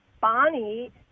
Bonnie